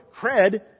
cred